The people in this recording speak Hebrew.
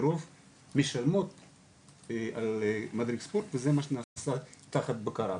רוב משלמות על מדריך ספורט וזה נעשה ככה בבקרה.